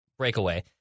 breakaway